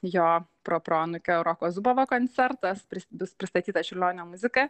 jo proproanūkio roko zubovo koncertas bus pristatyta čiurlionio muzika